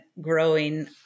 growing